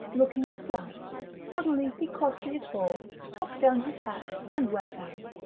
looking aslant suddenly he crossed to his hall, took down his hat, and went out.